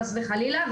חס וחלילה,